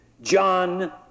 John